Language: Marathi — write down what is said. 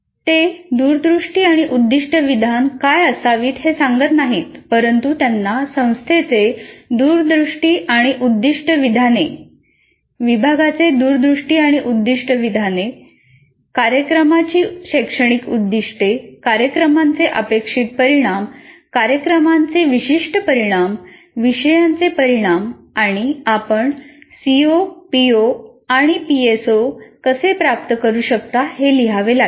ते दूरदृष्टी आणि उद्दिष्ट विधाने काय असावित हे सांगत नाहीत परंतु त्यांना संस्थेचे दूरदृष्टी आणि उद्दिष्ट विधाने विभागाचे दूरदृष्टी आणि उद्दिष्ट विधाने कार्यक्रमाची शैक्षणिक उद्दीष्टे कार्यक्रमाचे अपेक्षित परिणाम कार्यक्रमाचे विशिष्ट परिणाम विषयांचे परिणाम आणि आपण सीओ पीओ आणि पीएसओ कसे प्राप्त करू शकता हे लिहावे लागेल